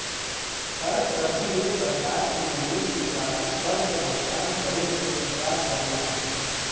कर प्रतिरोध सरकार के विरोध के कारण कर क भुगतान करे से इंकार करला